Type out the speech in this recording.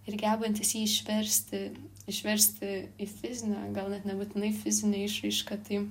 ir gebantis jį išversti išversti į fizinę gal net nebūtinai fizinę išraišką tai